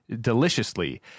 deliciously